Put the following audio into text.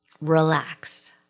relax